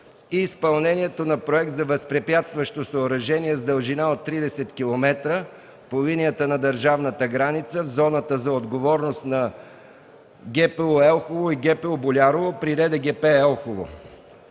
и изпълнението на проект за възпрепятстващо съоръжение с дължина от 30 км по линията на държавната граница в зоната за отговорност на ГПУ Елхово – ГПУ Болярово при РДГП Елхово,